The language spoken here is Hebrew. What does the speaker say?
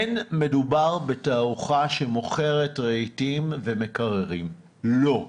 אין מדובר בתערוכה שמוכרת רהיטים ומקררים, לא,